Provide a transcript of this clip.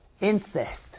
Incest